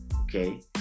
okay